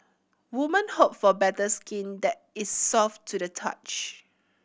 woman hope for better skin that is soft to the touch